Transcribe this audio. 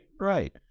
Right